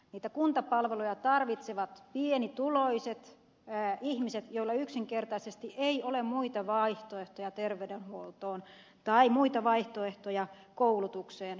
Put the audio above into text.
niitä kuntapalveluja tarvitsevat pienituloiset ihmiset joilla yksinkertaisesti ei ole muita vaihtoehtoja terveydenhuoltoon tai muita vaihtoehtoja koulutukseen kuin kuntapalvelut